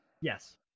Yes